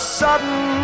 sudden